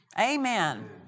Amen